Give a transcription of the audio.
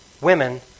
women